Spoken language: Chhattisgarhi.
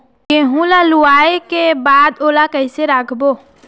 गेहूं ला लुवाऐ के बाद ओला कइसे राखबो?